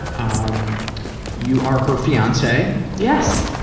um you are her fiance. yes.